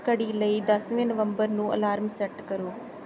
ਘੜੀ ਲਈ ਦਸਵੇਂ ਨਵੰਬਰ ਨੂੰ ਅਲਾਰਮ ਸੈੱਟ ਕਰੋ